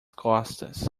costas